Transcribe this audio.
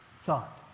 thought